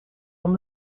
van